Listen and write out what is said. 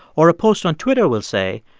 or a post on twitter will say,